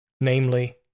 namely